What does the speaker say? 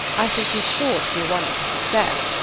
i think he's sure to be a wonderful success.